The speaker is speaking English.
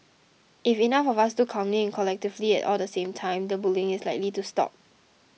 if enough of us do calmly and collectively all the same time the bullying is likely to stop